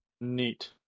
Neat